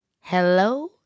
hello